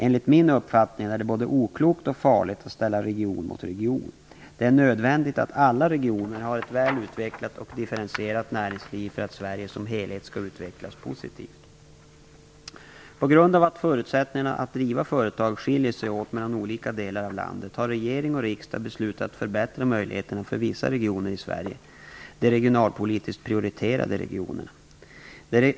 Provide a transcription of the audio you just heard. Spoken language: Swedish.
Enligt min uppfattning är både oklokt och farligt att ställa region mot region. Det är nödvändigt att alla regioner har ett välutvecklat och differentierat näringsliv för att Sverige som helhet skall utvecklas positivt. På grund av att förutsättningarna att driva företag skiljer sig åt mellan olika delar av landet har regering och riksdag beslutat att förbättra möjligheterna för vissa regioner i Sverige, de regionalpolitiskt prioriterade regionerna.